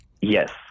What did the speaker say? Yes